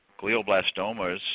Glioblastomas